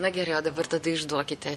na gerai o dabar tada išduokite